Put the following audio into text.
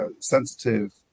sensitive